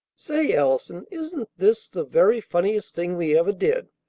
say, allison, isn't this the very funniest thing we ever did,